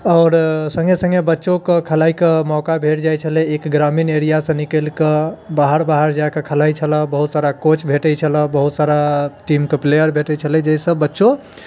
आओर सङ्गे सङ्गे बच्चो कऽ खेलाइ कऽ मौका भेट जाइत छलै एक ग्रामीण एरिआसँ निकलि कऽ बाहर बाहर जाय कऽ खेलाइत छलऽ बहुत सारा कोच भेटैत छलऽ बहुत सारा टीमके प्लेयर भेटैत छलै जाहिसँ बच्चो